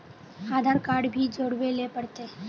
आधार card भी जोरबे ले पड़ते?